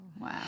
Wow